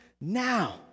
now